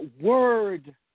word